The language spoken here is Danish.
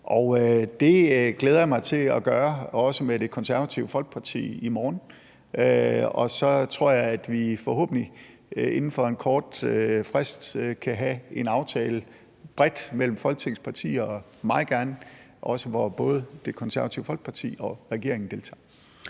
Det glæder jeg mig til at gøre, også med Det Konservative Folkeparti, i morgen, og så tror jeg, at vi forhåbentlig inden for en kort frist kan have en aftale bredt mellem Folketingets partier og meget gerne også, hvor både Det Konservative Folkeparti og regeringen deltager.